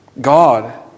God